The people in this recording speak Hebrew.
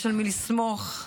מה שנקרא,